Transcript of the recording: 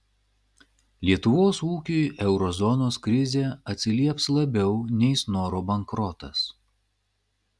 lietuvos ūkiui euro zonos krizė atsilieps labiau nei snoro bankrotas